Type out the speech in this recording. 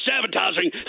sabotaging